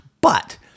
But-